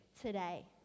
today